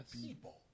People